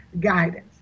guidance